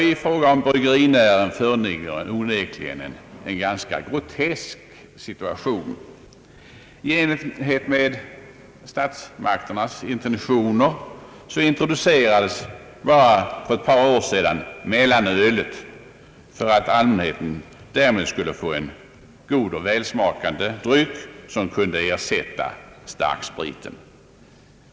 I fråga om bryggerinäringen föreligger onekligen en ganska grotesk situation. I enlighet med statsmakternas intentioner introducerades mellanölet för ett par år sedan för att allmänheten därmed skulle få en god och välsmakande dryck, som kunde ersätta starkspriten.